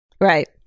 Right